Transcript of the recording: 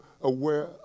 aware